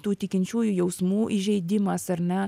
tų tikinčiųjų jausmų įžeidimas ar ne